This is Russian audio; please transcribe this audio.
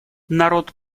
народ